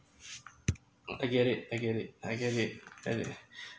I get it I get it I get it get it